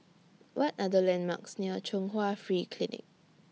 What Are The landmarks near Chung Hwa Free Clinic